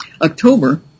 October